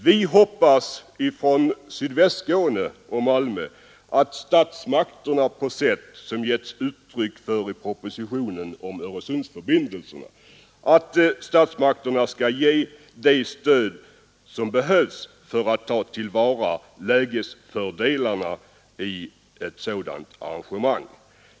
Vi hoppas i Sydvästskåne och i Malmö att statsmakterna på sätt som det givits uttryck för i propositionen om Öresundsförbindelserna skall ge det stöd som behövs för att ta till vara lägesfördelarna i ett sådant här arrangemang.